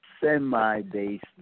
Semi-based